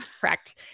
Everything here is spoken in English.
correct